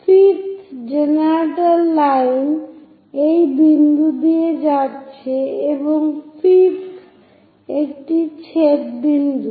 5th generator line এই বিন্দু দিয়ে যাচ্ছে এবং 5th একটি ছেদ বিন্দু